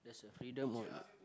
there's a freedom